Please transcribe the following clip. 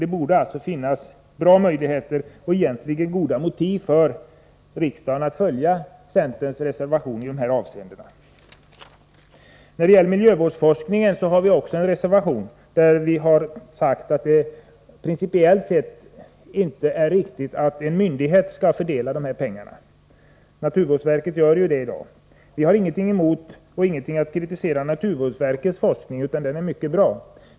Det borde alltså finnas goda möjligheter och egentligen också goda motiv för riksdagen att följa centerns förslag i reservationen i detta avseende. Även när det gäller miljövårdsforskning har vi en reservation. I denna reservation säger vi att det principiellt sett inte är riktigt att en myndighet skall fördela pengarna. Det är ju vad naturvårdsverket i dag gör. Vi har ingenting emot naturvårdsverket, och vi har heller ingen kritik att rikta mot dess forskning. I stället tycker vi att det man gör är mycket bra.